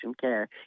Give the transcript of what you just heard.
care